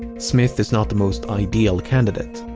smith is not the most ideal candidate.